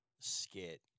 skit